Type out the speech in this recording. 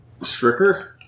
Stricker